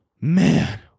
Man